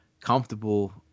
comfortable